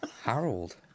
Harold